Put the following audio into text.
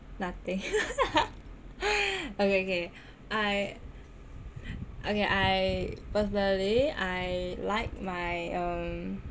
nothing okay okay I okay I personally I like my um